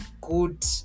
Good